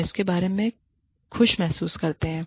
हम इसके बारे में खुश महसूस करते हैं